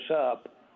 up